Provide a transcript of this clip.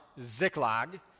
Ziklag